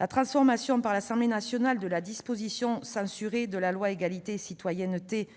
La transformation par l'Assemblée nationale de la disposition censurée de la loi Égalité et citoyenneté